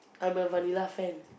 I'm a vanilla fan